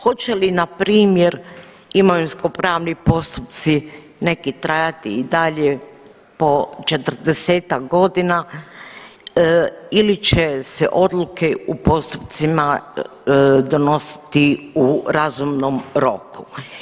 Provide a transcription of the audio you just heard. Hoće li npr. imovinskopravni postupci neki trajati i dalje po 40-ak godina ili će se odluke u postupcima donositi u razumnom roku?